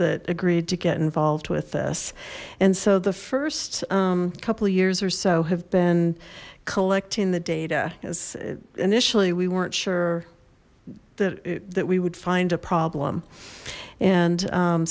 that agreed to get involved with this and so the first couple years or so have been collecting the data as initially we weren't sure that that we would find a problem and